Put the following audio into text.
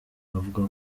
avuga